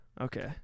Okay